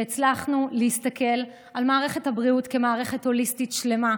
שהצלחנו להסתכל על מערכת הבריאות כמערכת הוליסטית שלמה,